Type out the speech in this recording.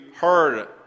heard